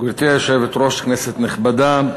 גברתי היושבת-ראש, כנסת נכבדה,